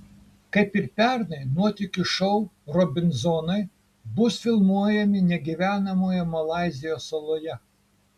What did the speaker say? kaip ir pernai nuotykių šou robinzonai bus filmuojami negyvenamoje malaizijos saloje